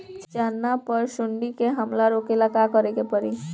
चना पर सुंडी के हमला रोके ला का करे के परी?